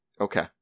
Okay